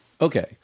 Okay